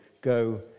Go